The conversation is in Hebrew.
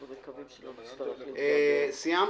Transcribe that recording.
סיימת?